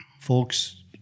folks